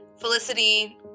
Felicity